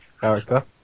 Character